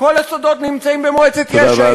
כל הסודות נמצאים במועצת יש"ע,